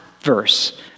verse